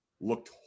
looked